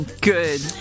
Good